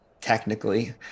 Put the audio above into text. Technically